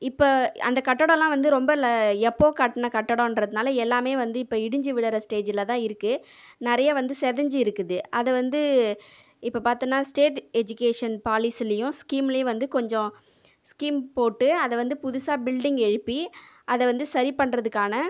இப்போ அந்த கட்டடலாம் வந்து ரொம்ப எப்போது கட்டின கட்டடம்ன்றதுனால எல்லாமே வந்து இப்போ இடிஞ்சு விழுற ஸ்டேஜில் தான் இருக்குது நிறைய வந்து செதைஞ்சு இருக்குது அதை வந்து இப்போ பார்த்தோனா ஸ்டேட் எஜுகேஷன் பாலிசிலேயும் ஸ்கீம்லேயும் வந்து கொஞ்சம் ஸ்கீம் போட்டு அதை வந்து புதுசாக பில்டிங் எழுப்பி அதை வந்து சரி பண்ணுறதுக்கான